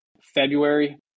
February